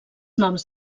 noms